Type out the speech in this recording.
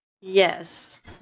Yes